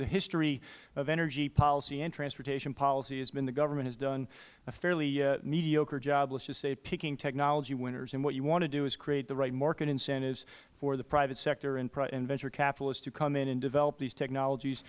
the history of energy policy and transportation policy has been the government has done a fairly mediocre job let's just say of picking technology winners and what you want to do is create the right market incentives for the private sector and venture capitalists to come in and develop these technologies